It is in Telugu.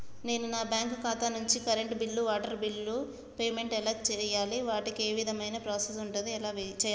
నేను నా బ్యాంకు ఖాతా నుంచి కరెంట్ బిల్లో వాటర్ బిల్లో పేమెంట్ ఎలా చేయాలి? వాటికి ఏ విధమైన ప్రాసెస్ ఉంటది? ఎలా చేయాలే?